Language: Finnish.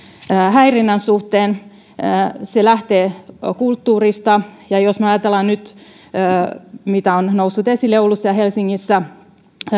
häirinnän suhteen se lähtee kulttuurista ja jos me ajattelemme nyt seksuaalirikollisuutta mitä on noussut esille oulussa ja helsingissä